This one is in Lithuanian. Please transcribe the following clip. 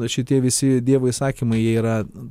šitie visi dievo įsakymai jie yra